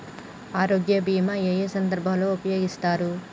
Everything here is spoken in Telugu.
ఆరోగ్య బీమా ఏ ఏ సందర్భంలో ఉపయోగిస్తారు?